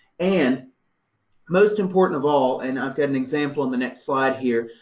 and most important of all and i've got an example in the next slide here,